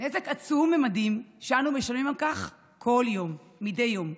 נזק עצום ממדים שאנו משלמים עליו מדי יום.